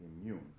immune